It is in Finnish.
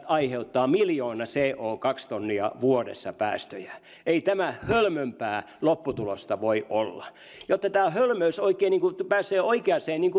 aiheuttavat miljoona co tonnia vuodessa päästöjä ei tämän hölmömpää lopputulosta voi olla jotta tämä hölmöys oikein pääsee oikeaan